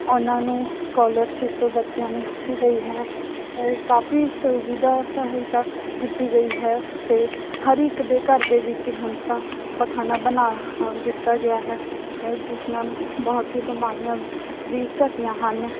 ਉਹਨਾਂ ਨੂੰ ਸਕਾਲਰਸ਼ਿਪ ਬੱਚਿਆਂ ਨੂੰ ਦਿੱਤੀ ਗਈ ਹੈ ਕਾਫ਼ੀ ਸੁਵਿਧਾ ਸਹਾਇਤਾ ਕੀਤੀ ਗਈ ਹੈ ਅਤੇ ਹਰ ਇੱਕ ਦੇ ਘਰ ਦੇ ਵਿੱਚ ਹੁਣ ਤਾਂ ਪਖਾਨਾ ਬਣਾ ਦਿੱਤਾ ਗਿਆ ਹੈ ਜਿਸ ਨਾਲ ਬਹੁਤ ਹੀ ਬਿਮਾਰੀਆਂ ਵੀ ਘਟੀਆਂ ਹਨ